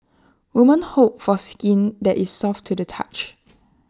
women hope for skin that is soft to the touch